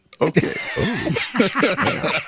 Okay